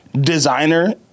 designer